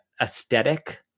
aesthetic